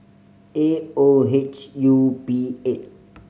A O H U B eight